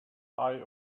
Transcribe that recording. eye